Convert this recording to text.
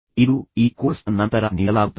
ಇದು ಈ ಕೋರ್ಸ್ನ ನಂತರ ನೀಡಲಾಗುತ್ತದೆ